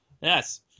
Yes